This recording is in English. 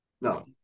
No